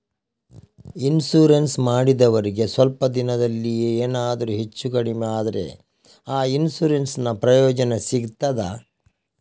Insurance ಮಾಡಿದವರಿಗೆ ಸ್ವಲ್ಪ ದಿನದಲ್ಲಿಯೇ ಎನಾದರೂ ಹೆಚ್ಚು ಕಡಿಮೆ ಆದ್ರೆ ಆ ಇನ್ಸೂರೆನ್ಸ್ ನ ಪ್ರಯೋಜನ ಸಿಗ್ತದ?